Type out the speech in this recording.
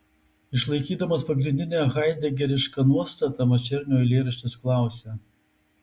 išlaikydamas pagrindinę haidegerišką nuostatą mačernio eilėraštis klausia